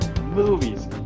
movies